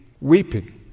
weeping